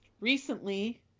recently